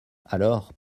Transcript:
alors